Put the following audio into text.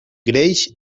greix